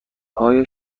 های